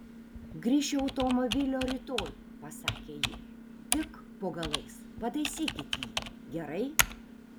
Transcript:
grįšiu automobilio rytoj pasakė ji tik po galais pataisykit jį gerai